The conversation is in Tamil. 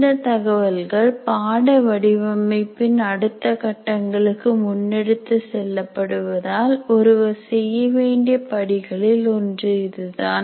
இந்த தகவல்கள் பாட வடிவமைப்பின் அடுத்த கட்டங்களுக்கு முன்னெடுத்து செல்லப்படுவதால் ஒருவர் செய்யவேண்டிய படிகளில் ஒன்று இதுதான்